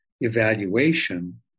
evaluation